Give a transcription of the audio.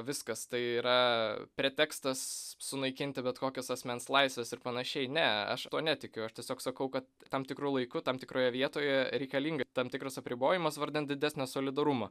viskas tai yra pretekstas sunaikinti bet kokias asmens laisves ir panašiai ne aš tuo netikiu aš tiesiog sakau kad tam tikru laiku tam tikroje vietoje reikalinga tam tikras apribojimas vardan didesnio solidarumo